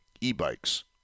e-bikes